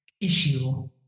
issue